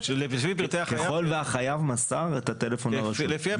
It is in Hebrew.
ככל שהחייב מסר את מספר הטלפון שלו לרשות.